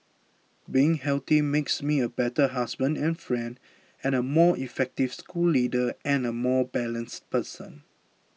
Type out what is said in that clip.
being healthy makes me a better husband and friend and a more effective school leader and a more balanced person